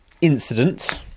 incident